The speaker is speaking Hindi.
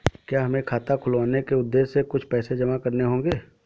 क्या हमें खाता खुलवाने के उद्देश्य से कुछ पैसे जमा करने होंगे?